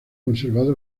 conservado